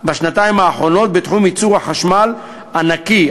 בשנתיים האחרונות בתחום ייצור החשמל הנקי,